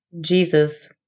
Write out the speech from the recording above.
Jesus